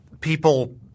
people